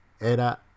era